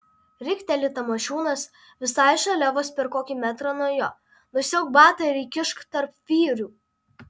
rikteli tamošiūnas visai šalia vos per kokį metrą nuo jo nusiauk batą ir įkišk tarp vyrių